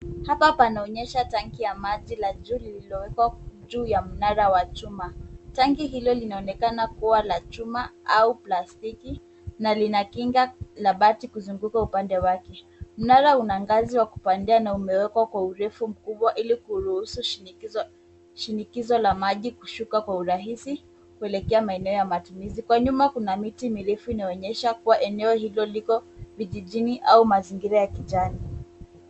Hapa panaonyesha tanki ya maji la juu lililowekwa juu ya mnara wa chuma. Tanki hilo linaonekana kuwa la chuma au plastiki na lina kinga la bati kuzunguka upande wake. Mnara una ngazi wa kupandia na umewekwa kwa urefu mkubwa ili kuruhusu shinikizo la maji kushuka kwa urahisi kuelekea maeneo ya matumizi. Huko nyuma kuna miti mirefu inayoonyesha eneo hilo liko vijijini au mazingira ya kijani.